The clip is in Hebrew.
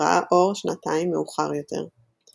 שראה אור שנתיים מאוחר יותר.